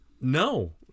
No